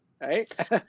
right